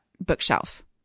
bookshelf